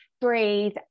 breathe